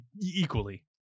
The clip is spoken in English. equally